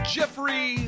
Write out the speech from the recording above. Jeffrey